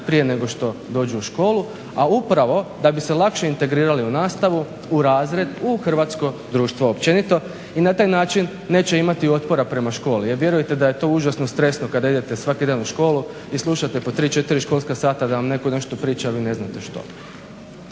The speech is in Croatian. prije nego što dođu u školu, a upravo da bi se lakše integrirali u nastavu u razred u hrvatsko društvo općenito i na taj način neće imati otpora prema školi, jer vjerujete da je to užasno stresno kada idete svaki dan u školu i slušati po tri četiri školska sada da vam netko nešto priča a vi ne znate što.